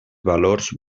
valors